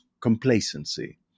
complacency